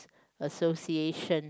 association